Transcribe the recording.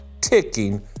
ticking